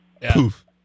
poof